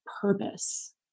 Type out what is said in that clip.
purpose